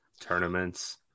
tournaments